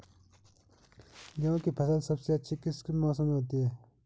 गेहूँ की फसल सबसे अच्छी किस मौसम में होती है